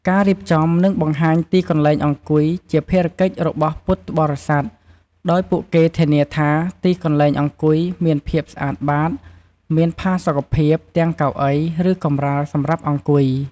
ពុទ្ធបរិស័ទមានតួនាទីក្នុងការរៀបចំ និងនាំយក ទឹកសុទ្ធ ទឹកផ្លែឈើ អាហារសម្រន់ ឬអាហារពេលបរិភោគ ទៅជូនភ្ញៀវ។